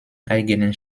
eigenen